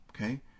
okay